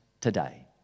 today